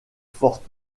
forte